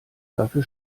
dafür